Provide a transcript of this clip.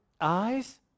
eyes